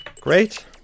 Great